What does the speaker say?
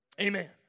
Amen